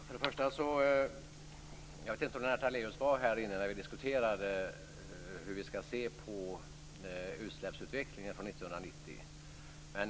Fru talman! Jag vet inte om Lennart Daléus var här när vi diskuterade hur vi skall se på utsläppsutvecklingen från 1990.